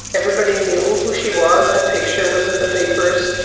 everybody knew who she was. her picture was in the papers,